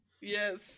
Yes